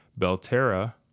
Belterra